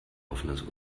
offenes